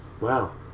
Wow